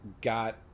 got